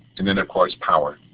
and then of course power.